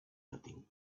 nothing